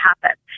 happen